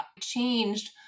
changed